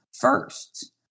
first